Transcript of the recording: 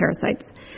parasites